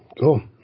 Cool